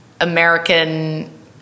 American